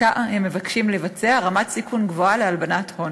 שהם מבקשים לבצע רמת סיכון גבוהה של הלבנת הון.